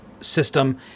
system